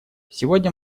сегодня